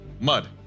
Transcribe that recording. mud